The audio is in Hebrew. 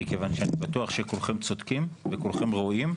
מכיוון שאני בטוח שכולכם צודקים וכולכם ראויים.